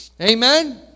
Amen